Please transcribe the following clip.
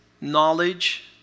knowledge